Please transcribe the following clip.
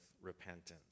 repentance